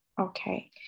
Okay